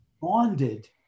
bonded